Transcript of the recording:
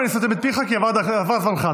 ואני סותם את פיך כי עבר זמנך.